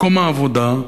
מקום העבודה.